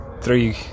three